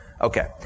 Okay